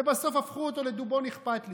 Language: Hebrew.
ובסוף הפכו אותו לדובון אכפת לי.